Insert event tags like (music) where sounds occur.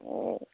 (unintelligible)